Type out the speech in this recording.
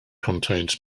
contains